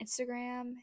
Instagram